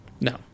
No